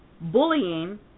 Bullying